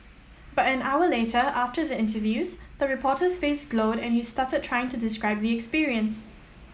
but an hour later after the interviews the reporter's face glowed and he stuttered trying to describe the experience